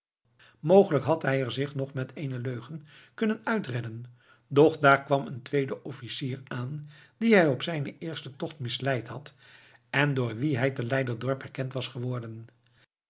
mogelijk had hij er zich nog met eene leugen kunnen uitredden doch daar kwam een der twee officieren aan die hij op zijnen eersten tocht misleid had en door wien hij te leiderdorp herkend was geworden